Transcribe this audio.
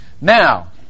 Now